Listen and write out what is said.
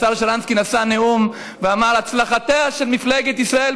השר שרנסקי נשא נאום ואמר: הצלחתה של מפלגת ישראל